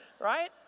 right